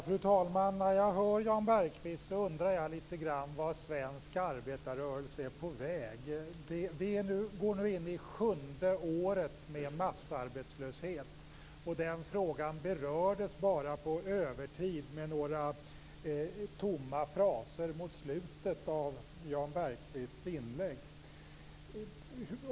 Fru talman! När jag hör Jan Bergqvist undrar jag lite grann var svensk arbetarrörelse är på väg. Vi går nu in på sjunde året med massarbetslöshet, och den frågan berördes bara med några tomma fraser mot slutet av Jan Bergqvists inlägg.